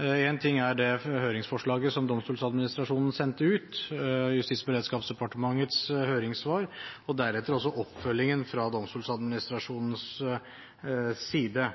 Én ting er det høringsforslaget som Domstoladministrasjonen sendte ut, Justis- og beredskapsdepartementets høringssvar og deretter oppfølgingen fra Domstoladministrasjonens side.